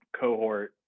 cohort